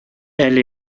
elle